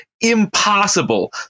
impossible